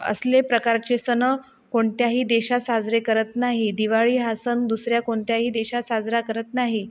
असले प्रकारचे सण कोणत्याही देशात साजरे करत नाही दिवाळी हा सण दुसऱ्या कोणत्याही देशात साजरा करत नाही